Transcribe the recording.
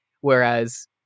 whereas